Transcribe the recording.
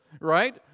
right